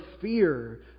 fear